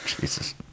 jesus